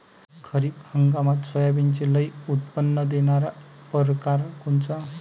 खरीप हंगामात सोयाबीनचे लई उत्पन्न देणारा परकार कोनचा?